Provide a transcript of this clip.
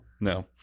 No